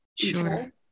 Sure